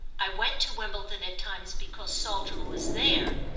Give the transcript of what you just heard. i went to wimbledon at times because saltram was there,